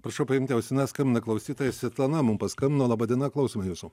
prašau paimti ausines skambina klausytoja svetlana mum paskambino laba diena klausome jūsų